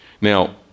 Now